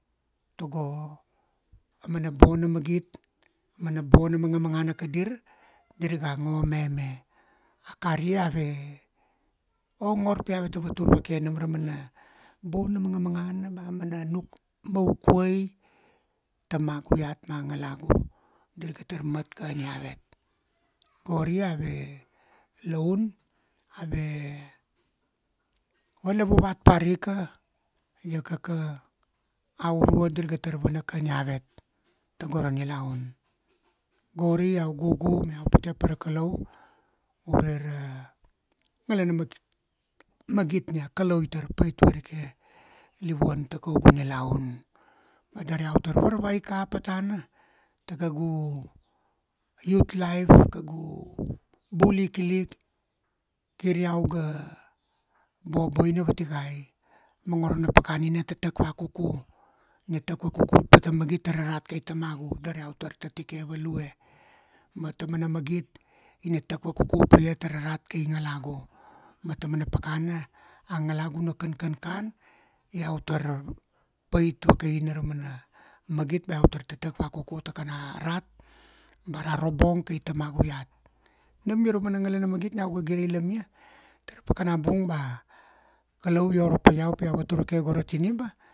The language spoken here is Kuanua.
Tago, aumana bona magit, mana bona mangamangana kadir, dir ga ngo meme. A kari ave, ongor pi aveta vatur vake nam ra mana bona na mangamangana ba amana nuk, maukuai, tamagu iat ma ngalagu. Dir ga tar mat kan iavet. Gori ave, laun, ave, valavuvat parika, iakaka, aurua dir ga tar vana kan iavet, tago ra nilaun. Gori iau gugu ma iau pite pa ra Kalau, ure ra nagalan magit nin a Kalau itar pait varike livuan ta kaugu nilaun. Ma dari iau tar varvai kapa tana, ta kagu youth life, ta kagu bul ikilik, kir iau ga, boboina vatikai. Mongoro na pakana ina tatak vakuku. Na tak vakuku pa ta magit tara rat kai tamagu, dari iau tar tatike value. Ma tamana magit, ina tak vakuku paia tara rat kai ngalagu. Ma taumana pakana, a ngalagu na kankankan, iau tar, pait vakaina ra mana magit bea iau tar tatak vakuku ta kana rat, ba ra robong kai tamagu iat. Nam ia ra mana ngalana magit ni iau ga gireilam ia, tara pakana bung ba, Kalau i oro pa iau pi iau vatur vake go ra tiniba,